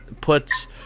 puts